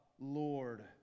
Lord